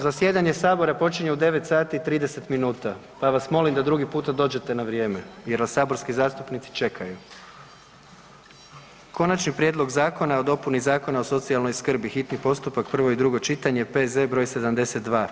Zasjedanje Sabora počinje u 9,30 sati pa vas molim da drugi puta dođete na vrijeme jer vas saborski zastupnici čekaju. - Konačni prijedlog Zakona o dopuni Zakona o socijalnoj skrbi, hitni postupak, prvo i drugo čitanje, P.Z. br. 72.